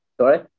Sorry